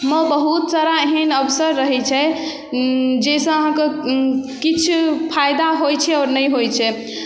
मे बहुत सारा एहन अवसर रहै छै ओ जाहिसँ अहाँकेॅं किछु फायदा होइ छै आओर नहि होइ छै